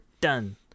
done